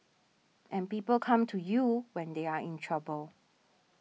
and people come to you when they are in trouble